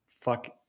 fuck